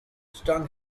stung